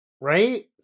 Right